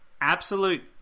absolute